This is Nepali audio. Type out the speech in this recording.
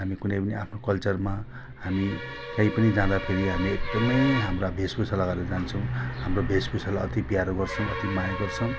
हामी कुनै पनि आफ्नो कल्चरमा हामी काहीँ पनि जाँदाखेरि हामी एकदमै हाम्रा भेषभूषा लगाएर जान्छौँ हाम्रो भेषभूषालाई अति प्यारो गर्छौँ अति माया गर्छौँ